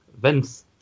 Vince